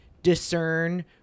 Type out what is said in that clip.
discern